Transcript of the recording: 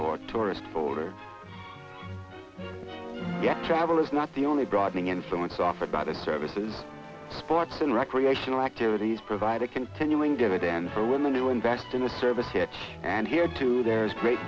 or tourist folder yet travel is not the only broadening influence offered by the services sports and recreational activities provide a continuing dividends for women who invest in the service here and here too there's great